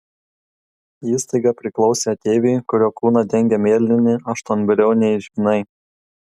įstaiga priklausė ateiviui kurio kūną dengė mėlyni aštuonbriauniai žvynai